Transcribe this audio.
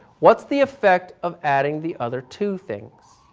what's the effect of adding the other two things,